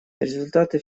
результаты